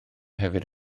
hefyd